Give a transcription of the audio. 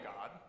God